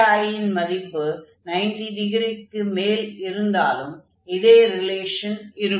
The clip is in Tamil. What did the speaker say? i ன் மதிப்பு 90 டிகிரிக்கு மேல் இருந்தாலும் இதே ரிலேஷன் இருக்கும்